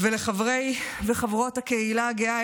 ולחברי ולחברות הקהילה הגאה,